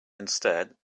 instead